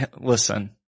listen